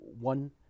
one